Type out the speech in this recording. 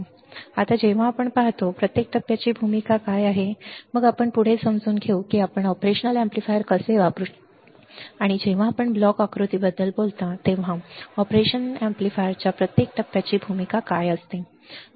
आता जेव्हा आपण पाहतो प्रत्येक टप्प्याची भूमिका काय आहे मग आपण पुढे समजून घेऊ की आपण ऑपरेशन एम्पलीफायर कसे वापरू शकतो आणि जेव्हा आपण ब्लॉक आकृतीबद्दल बोलता तेव्हा ऑपरेशनल एम्पलीफायरच्या प्रत्येक टप्प्याची भूमिका काय असते